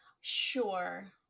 sure